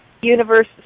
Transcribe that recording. universe